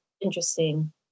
Interesting